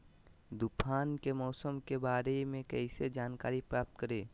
तूफान के मौसम के बारे में कैसे जानकारी प्राप्त करें?